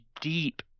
deep